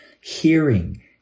hearing